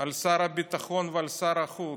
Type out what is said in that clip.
על שר הביטחון ועל שר החוץ,